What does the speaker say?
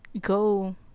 go